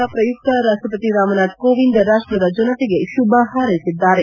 ಾ ಪ್ರಯುಕ್ತ ರಾಷ್ಷಪತಿ ರಾಮ್ನಾಥ್ ಕೋವಿಂದ್ ರಾಷ್ಷದ ಜನತೆಗೆ ಶುಭ ಹಾರ್ೈಸಿದ್ದಾರೆ